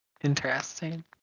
interesting